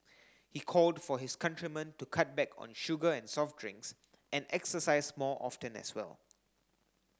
he called for his countrymen to cut back on sugar and soft drinks and exercise more often as well